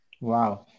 Wow